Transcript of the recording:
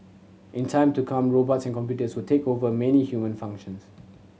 in time to come robots and computers will take over many human functions